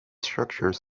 structures